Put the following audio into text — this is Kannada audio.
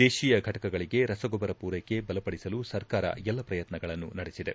ದೇತೀಯ ಘಟಕಗಳಿಗೆ ರಸಗೊಬ್ಲರ ಪೂರೈಕೆ ಬಲಪಡಿಸಲು ಸರ್ಕಾರ ಎಲ್ಲ ಪ್ರಯತ್ನಗಳನ್ನು ನಡೆಸಿದೆ